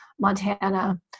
Montana